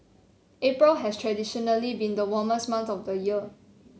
April has traditionally been the warmest month of the year